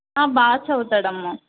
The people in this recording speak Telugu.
బాగా చదువుతాడు అమ్మ